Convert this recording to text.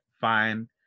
fine